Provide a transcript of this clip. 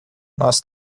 nós